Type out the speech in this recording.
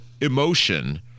emotion